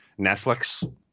Netflix